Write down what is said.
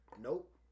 Nope